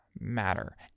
matter